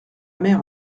mère